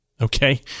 Okay